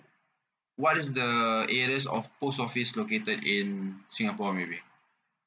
what is the A_X_S of post office located in singapore may be